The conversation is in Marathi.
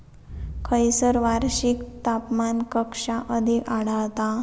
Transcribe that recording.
खैयसर वार्षिक तापमान कक्षा अधिक आढळता?